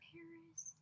Paris